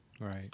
Right